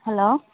hello